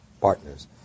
partners